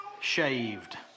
shaved